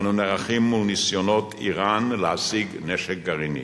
אנו נערכים מול ניסיונות אירן להשיג נשק גרעיני.